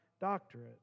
doctorate